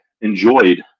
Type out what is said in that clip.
enjoyed